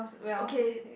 okay